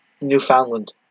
Newfoundland